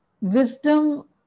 wisdom